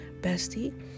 bestie